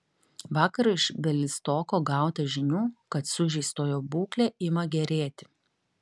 vakar iš bialystoko gauta žinių kad sužeistojo būklė ima gerėti